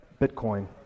Bitcoin